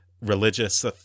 religious